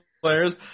players